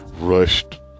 rushed